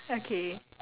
okay